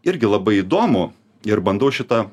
irgi labai įdomu ir bandau šitą